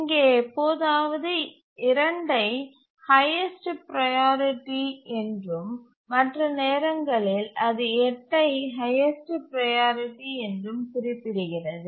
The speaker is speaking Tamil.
இங்கே எப்போதாவது 2 ஐ ஹைஎஸ்ட் ப்ரையாரிட்டி என்றும் மற்ற நேரங்களில் அது 8 ஐ ஹைஎஸ்ட் ப்ரையாரிட்டி என்றும் குறிப்பிடுகிறது